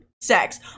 sex